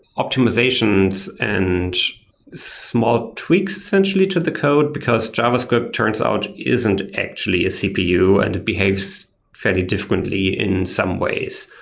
optimizations and small tweaks essentially to the code, because javascript turns out isn't actually a cpu and it behaves fairly differently in some ways.